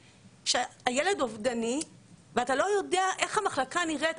שהילד אובדני ואתה לא יודע איך המחלקה נראית.